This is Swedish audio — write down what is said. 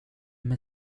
med